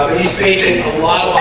he's facing a lot